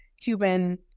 Cuban